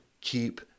keep